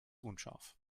unscharf